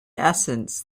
essence